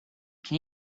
can